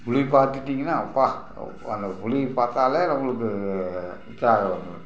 புலி பார்த்தீட்டிங்கனா அப்பா அந்த புலி பார்த்தாலே நம்மளுக்கு உற்சாகம் வந்துவிடும்